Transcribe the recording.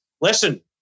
listen